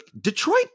Detroit